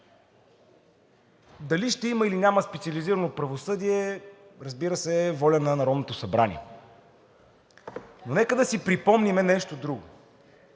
дали ще има, или няма да има специализирано правосъдие, разбира се, е воля на Народното събрание, но нека да си припомним и нещо друго